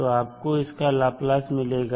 तो आपको इसका लाप्लास मिलेगा